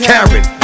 Karen